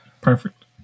Perfect